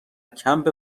کمپ